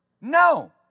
No